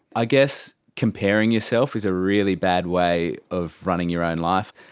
i guess comparing yourself is a really bad way of running your own life,